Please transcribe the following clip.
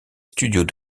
studios